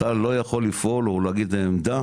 אתה לא יכול לפעול או להגיד עמדה